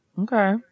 Okay